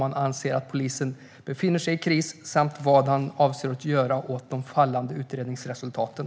Anser han att polisen befinner sig i kris, och vad avser han att göra åt de fallande utredningsresultaten?